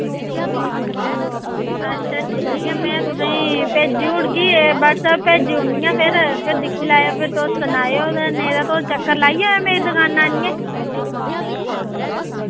अच्छा ठीक ऐ मैं तुसें ही भेजी ओड़गी ए व्हाट्सऐप्प भेजी ओड़नी आं फिर फिर दिक्खी लैयो फिर तुस सनायो ते नेईं तां तुस चक्कर लाई जायो मेरी दुकाना आह्नियै